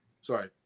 sorry